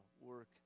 work